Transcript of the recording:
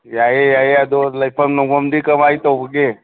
ꯌꯥꯏꯌꯦ ꯌꯥꯏꯌꯦ ꯑꯗꯣ ꯂꯩꯐꯝ ꯅꯨꯡꯐꯝꯗꯤ ꯀꯃꯥꯏ ꯇꯧꯕꯒꯦ